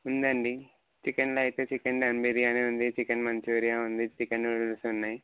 ఉందండి చికెన్లో అయితే చికెన్ దమ్ బిర్యానీ ఉంది చికెన్ మంచూరియా ఉంది చికెన్ నూడల్స్ ఉన్నాయి